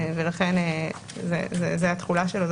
ולכן זאת התחולה שלו,